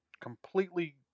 completely